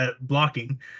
blocking